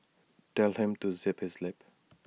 tell him to zip his lip